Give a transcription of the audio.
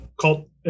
called